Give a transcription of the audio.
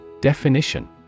Definition